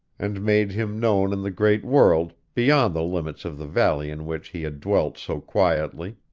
and made him known in the great world, beyond the limits of the valley in which he had dwelt so quietly.